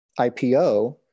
IPO